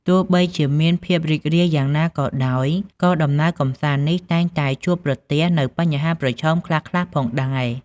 ទោះបីជាមានភាពរីករាយយ៉ាងណាក៏ដោយ ក៏ដំណើរកម្សាន្តនេះតែងតែជួបប្រទះនូវបញ្ហាប្រឈមខ្លះៗផងដែរ។